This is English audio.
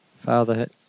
Father